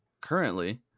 currently